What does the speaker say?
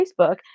Facebook